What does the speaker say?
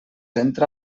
entra